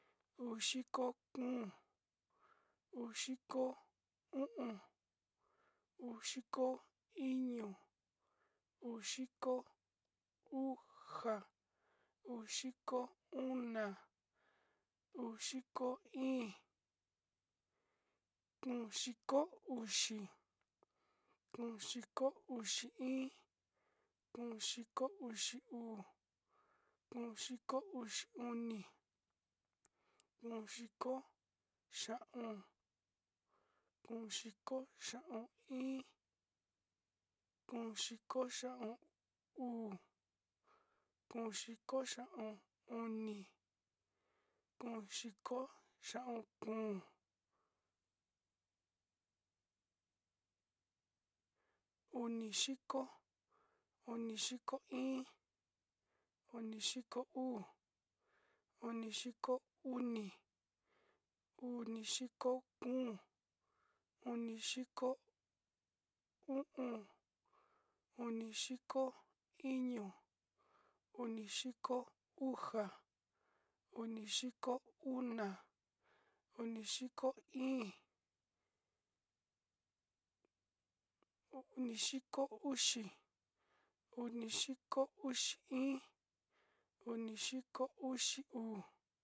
Uu xiko kun, uu xiko u’um, uu xiko iñu, uu xiko uja, uu xiko una, uu xiko in, uu xiko uxi, uu xiko uxi in, uu xiko uxi uu, uu xiko uxi uni, uu xiko uxi kun, uu xiko xa’aun, uu xiko xa’aun in, uu xiko xa’aun uu, uu xiko xa’aun uni, uu xiko xa’aun kun, uu xiko oko, uu xiko oko in, uu xiko oko uu, uu xiko oko uni, uu xiko oko kun, uu xiko oko u’um, uu xiko oko iñu, uu xiko oko uja, uu xiko oko una, uu xiko oko in, uu xiko oko uxi.